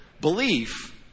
Belief